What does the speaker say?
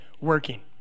working